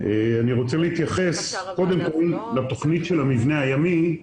אני רוצה להתייחס לתוכנית של המבנה הימי,